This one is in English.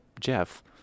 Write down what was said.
Jeff